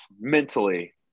mentally